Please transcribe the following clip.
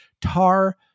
Tar